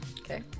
Okay